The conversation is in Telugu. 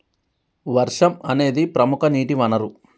వర్షం అనేదిప్రముఖ నీటి వనరు